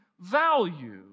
value